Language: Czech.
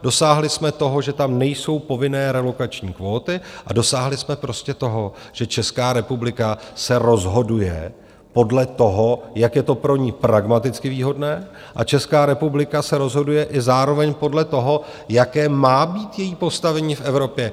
Dosáhli jsme toho, že tam nejsou povinné relokační kvóty, a dosáhli jsme toho, že Česká republika se rozhoduje podle toho, jak je to pro ni pragmaticky výhodné, a Česká republika se rozhoduje i zároveň podle toho, jaké má být její postavení v Evropě.